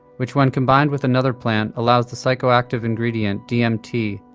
which when combined with another plant allows the psychoactive ingredient, dmt,